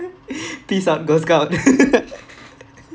peace out girl scout